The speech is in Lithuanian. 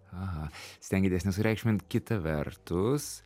aha stengiatės nesureikšmint kita vertus